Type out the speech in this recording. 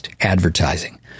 advertising